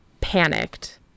panicked